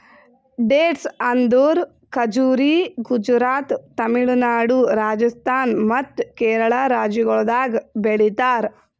dates ಅಂದುರ್ ಖಜುರಿ ಗುಜರಾತ್, ತಮಿಳುನಾಡು, ರಾಜಸ್ಥಾನ್ ಮತ್ತ ಕೇರಳ ರಾಜ್ಯಗೊಳ್ದಾಗ್ ಬೆಳಿತಾರ್